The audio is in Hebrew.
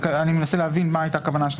אני מנסה להבין מה הייתה הכוונה שלך.